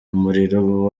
umuriro